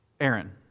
Aaron